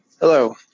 Hello